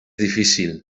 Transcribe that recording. difícil